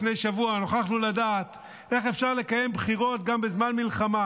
לפני שבוע נוכחנו לדעת איך אפשר לקיים בחירות גם בזמן מלחמה.